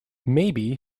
maybe